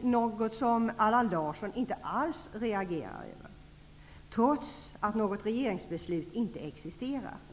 något som Allan Larsson inte alls reagerar över, trots att det inte existerar något regeringsbeslut.